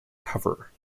cover